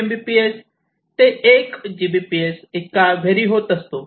5 Mbps ते 1Gbps इतका vary होत असतो